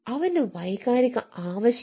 അവന്റെ വൈകാരിക ആവശ്യം